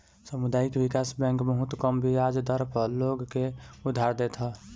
सामुदायिक विकास बैंक बहुते कम बियाज दर पअ लोग के उधार देत हअ